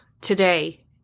today